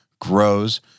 grows